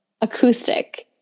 acoustic